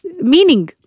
meaning